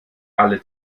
alle